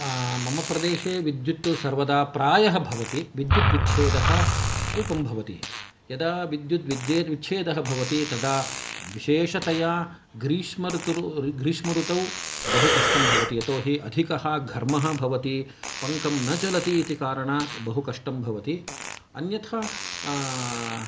मम प्रदेशे विद्युत् सर्वदा प्रायः भवति विद्युद् विच्छेदः अल्पं भवति यदा विद्युद् विच्छेदः भवति तदा विशेषतया ग्रीष्म ऋतृ ग्रीष्म ऋतौ बहु कष्टं भवति यतोहि अधिकः घर्मः भवति पङ्कं न चलति इति कारणात् बहु कष्टं भवति अन्यथा